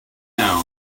now